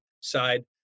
side